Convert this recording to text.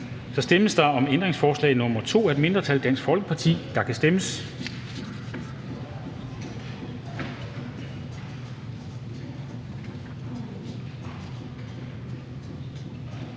Så stemmes der om ændringsforslag nr. 2 af et mindretal (DF). Der kan stemmes.